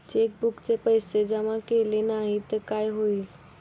चेकबुकचे पैसे जमा केले नाही तर काय होईल?